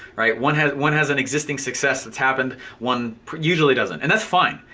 alright, one has one has an existing success that's happened, one usually doesn't, and that's fine.